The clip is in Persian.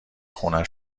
خونه